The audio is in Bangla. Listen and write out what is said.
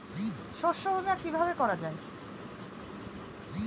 শস্য বীমা কিভাবে করা যায়?